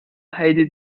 heidi